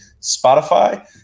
Spotify